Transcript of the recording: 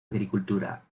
agricultura